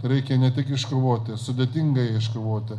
reikia ne tik iškovoti sudėtinga ją iškovoti